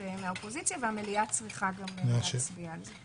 מהאופוזיציה והמליאה צריכה להצביע על זה.